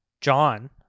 john